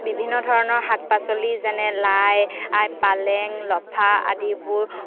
বিভিন্ন ধৰণৰ শাক পাচলি যেনে লাই পালেং লফা আদিবোৰ